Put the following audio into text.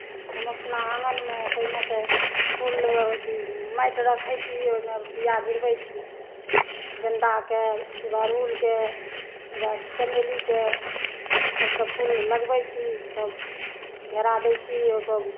हम अपना आँगनमे पहिने तऽ फूल अथी माटि रखै छी ओहिमे बीया गिरबै छी गेंदाके अड़हुलके ओहिके बाद चमेलीके ई सबके फूल लगबै छी तब घेरा दै छी ओतऽ